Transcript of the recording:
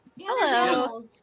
Hello